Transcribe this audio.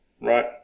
right